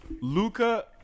Luca